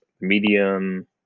medium